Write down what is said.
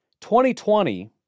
2020